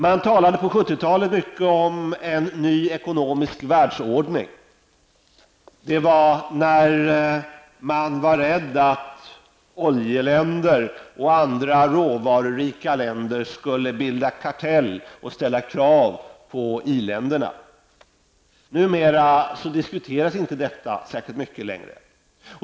Man talade på 70-talet mycket om en ny ekonomisk världsordning. Det var när man var rädd att oljeländer och andra råvarurika länder skulle bilda kartell och ställa krav på i-länderna. Numera diskuteras inte detta särskilt mycket.